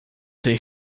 tej